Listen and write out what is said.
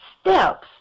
steps